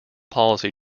policy